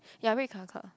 ya red car car